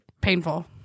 painful